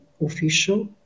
official